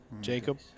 Jacob